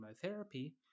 chemotherapy